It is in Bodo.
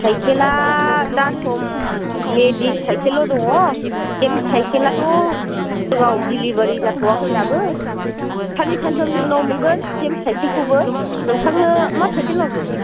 साइकेला दा सम लेडिस साइकेलल' दङ जेन्स साइकेलाथ' जेराव डिलिभारि जाथ'वाखै दाबो साननै सानथामनि उनाव मोनगोन जेन्स साइकेलखौबो नोंथांनो मा साइकेल नांगौ